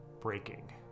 breaking